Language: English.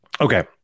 okay